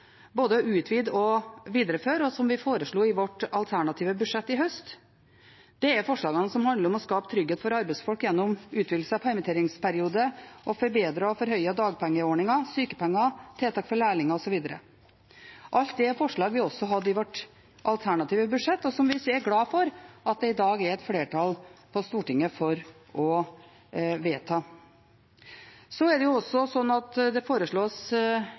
vi foreslo i vårt alternative budsjett i høst. Det er forslagene som handler om å skape trygghet for arbeidsfolk gjennom utvidelse av permitteringsperiode og å forbedre og forhøye dagpengeordningen, sykepenger, tiltak for lærlinger osv. Alt det er forslag vi også hadde i vårt alternative budsjett, og som vi er glad for at det i dag er et flertall på Stortinget for å vedta. Så er det også slik at det foreslås